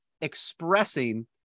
expressing